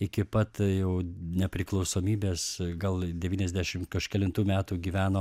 iki pat jau nepriklausomybės gal devyniasdešim kažkelintų metų gyveno